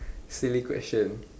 silly question